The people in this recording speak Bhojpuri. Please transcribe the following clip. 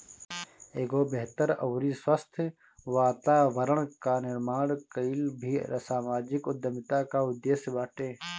एगो बेहतर अउरी स्वस्थ्य वातावरण कअ निर्माण कईल भी समाजिक उद्यमिता कअ उद्देश्य बाटे